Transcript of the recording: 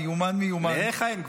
מיומן מיומן, לך אין גבול.